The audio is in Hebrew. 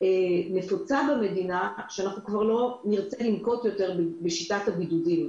נפוצה במדינה שכבר לא נרצה לנקוט יותר בשיטת הבידודים.